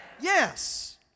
Yes